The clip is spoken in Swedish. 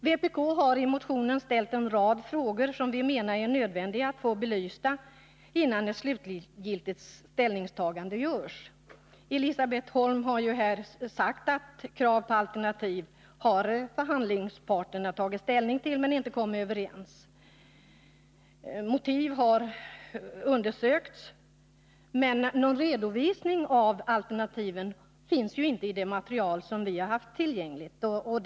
Vpk har i motionen ställt en rad frågor som vi anser det nödvändigt att få belysta före ett slutgiltigt ställningstagande. Elisabet Holm har ju här sagt att förhandlingsparterna har tagit ställning till krav på alternativ men inte kommit överens. Motiv har undersökts, men någon redovisning av alternativa lösningar finns inte i det material som varit tillgängligt för oss.